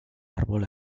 árbol